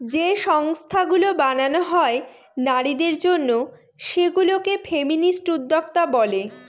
যে সংস্থাগুলো বানানো হয় নারীদের জন্য সেগুলা কে ফেমিনিস্ট উদ্যোক্তা বলে